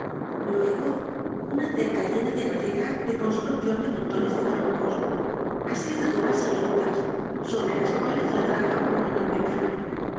luego una cerca llena de madera de construccion con montones de troncos a herraduras y virutas sobre las cuales ladraba un enorme perro